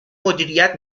مدیریت